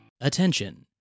Attention